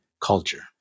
culture